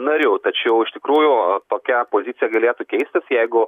nariu tačiau iš tikrųjų tokia pozicija galėtų keistis jeigu